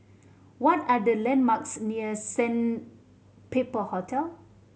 what are the landmarks near Sandpiper Hotel